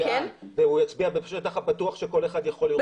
והוא יצביע בשטח הפתוח כשכל אחד יכול לראות?